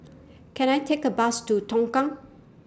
Can I Take A Bus to Tongkang